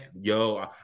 yo